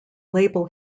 label